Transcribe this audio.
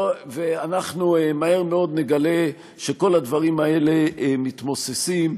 ואנחנו מהר מאוד נגלה שכל הדברים האלה מתמוססים.